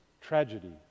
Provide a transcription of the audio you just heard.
tragedy